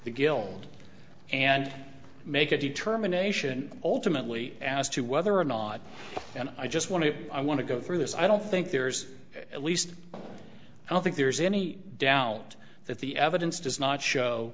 the guild and make a determination ultimately as to whether or not and i just want to i want to go through this i don't think there's at least i don't think there's any doubt that the evidence does not show